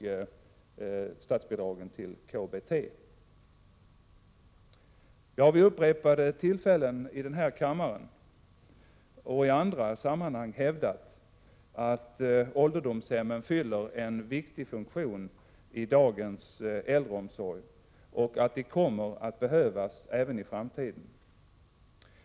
Jag vill också erinra om att cirka en fjärdedel av statsbidraget till social hemhjälp kan användas till exempelvis driften av ålderdomshem, medan återstoden är avsedd för en utveckling av hemtjänsten där behoven är mycket stora. Jag har vid upprepade tillfällen i den här kammaren och i andra sammanhang hävdat att ålderdomshemmen fyller en viktig funktion i dagens äldreomsorg och att de kommer att behövas även i framtiden.